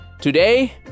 Today